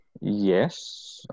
Yes